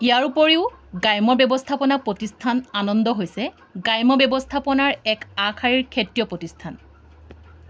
ইয়াৰ উপৰিও গ্ৰাম্য ব্যৱস্থাপনা প্ৰতিষ্ঠান আনন্দ হৈছে গ্ৰাম্য ব্যৱস্থাপনাৰ এক আগশাৰীৰ ক্ষেত্ৰীয় প্ৰতিষ্ঠান